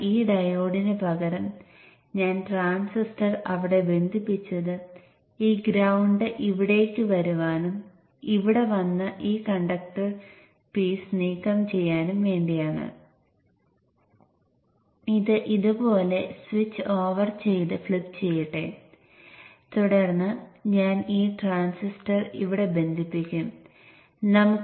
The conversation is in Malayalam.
ഈ രീതിയിൽ ബ്രിഡ്ജിനു കുറുകെ ബന്ധിപ്പിച്ചിരിക്കുന്ന പുഷ് പുളിലെ പോലെ രണ്ട് കോയിലുകളല്ല ഒരു ഒറ്റ കോയിൽ ആണ് ട്രാൻസ്ഫോർമറിന്റെ പ്രൈമറി